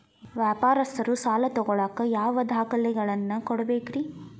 ವ್ಯಾಪಾರಸ್ಥರು ಸಾಲ ತಗೋಳಾಕ್ ಯಾವ ದಾಖಲೆಗಳನ್ನ ಕೊಡಬೇಕ್ರಿ?